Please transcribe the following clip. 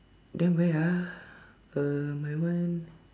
then where ah uh my one